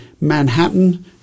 Manhattan